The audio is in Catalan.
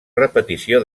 repetició